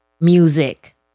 music